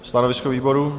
Stanovisko výboru?